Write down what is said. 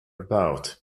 about